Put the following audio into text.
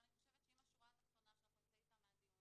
אבל אני חושבת שאם השורה התחתונה שאנחנו נצא איתה מהדיון